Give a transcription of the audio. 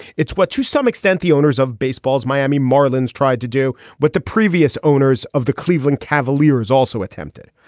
it's not to some extent the owners of baseball as miami marlins tried to do what the previous owners of the cleveland cavaliers also attempted.